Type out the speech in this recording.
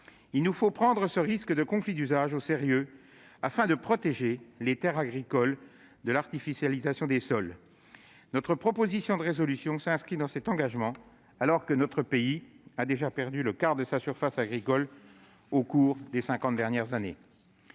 Il nous faut prendre ce risque de conflit d'usage au sérieux afin de protéger les terres agricoles de l'artificialisation des sols. Notre proposition de résolution s'inscrit dans cet engagement, alors que notre pays a déjà perdu le quart de sa surface agricole au cours des cinquante dernières années.